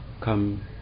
come